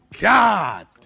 God